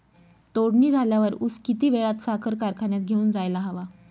तोडणी झाल्यावर ऊस किती वेळात साखर कारखान्यात घेऊन जायला हवा?